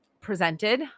presented